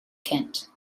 kent